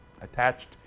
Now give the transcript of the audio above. attached